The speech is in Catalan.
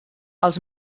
als